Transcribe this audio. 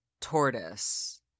Tortoise